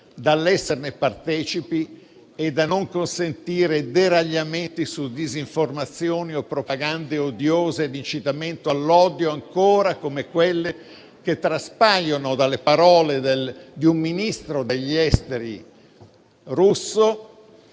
dall'esserne partecipi e dal non consentire deragliamenti su disinformazione o propagande odiose di incitamento all'odio come quelle che traspaiono dalle parole di un Ministro degli esteri russo